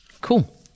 Cool